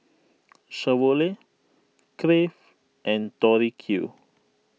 Chevrolet Crave and Tori Q